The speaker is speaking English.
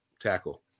Tackle